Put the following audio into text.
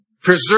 preserve